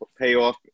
payoff